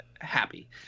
happy